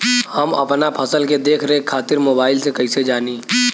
हम अपना फसल के देख रेख खातिर मोबाइल से कइसे जानी?